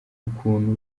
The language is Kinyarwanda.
ukuntu